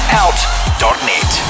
out.net